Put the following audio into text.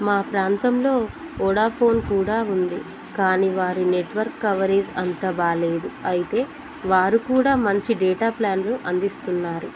మా ప్రాంతంలో వోడాఫోన్ కూడా ఉంది కానీ వారి నెట్వర్క్ కవరేజ్ అంత బాగా లేదు అయితే వారు కూడా మంచి డేటా ప్లాన్లు అందిస్తున్నారు